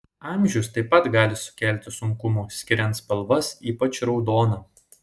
amžius taip pat gali sukelti sunkumų skiriant spalvas ypač raudoną